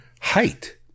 height